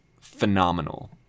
phenomenal